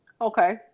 Okay